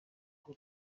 aho